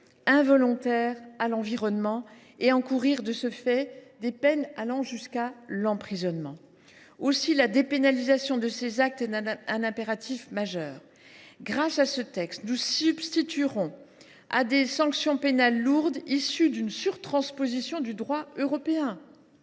involontaires à l’environnement, les peines encourues allant jusqu’à l’emprisonnement. Aussi la dépénalisation de ces actes est elle un impératif majeur. Grâce à ce texte, nous substituerons à des sanctions pénales lourdes, résultant d’une surtransposition du droit européen,